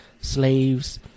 slaves